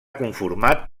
conformat